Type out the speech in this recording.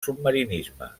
submarinisme